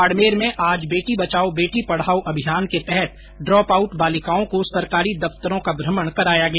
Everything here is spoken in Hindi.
बाड़मेर में आज बेटी बचाओ बेटी पढ़ाओं अभियान के तहत ड्रॉप आउट बालिकाओं को सरकारी दफतरों का भ्रमण कराया गया